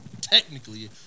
technically